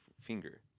finger